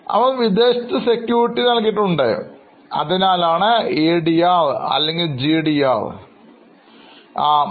അവർ വിദേശത്ത് സെക്യൂരിറ്റികൾ നൽകിയിട്ടുണ്ട് അതിനാലാണ് ADR അല്ലെങ്കിൽ GDR 3